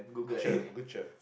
cher good cher